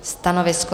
Stanovisko?